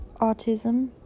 autism